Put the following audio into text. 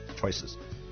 choices